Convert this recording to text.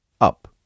up